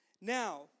Now